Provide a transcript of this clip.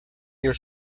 your